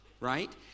Right